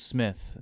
Smith